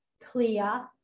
clear